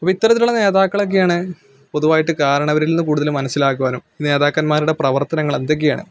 അപ്പോൾ ഇത്തരത്തിലുള്ള നേതാക്കളെക്കെയാണ് പൊതുവായിട്ട് കാരണവരില് നിന്ന് കൂടുതൽ മനസ്സിലാക്കുവാനും നേതാക്കന്മാരുടെ പ്രവര്ത്തനങ്ങൾ എന്തൊക്കെയാണ്